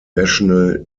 national